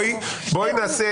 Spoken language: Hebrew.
ניצול מצוקה הוא מדרג אחר.